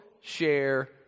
share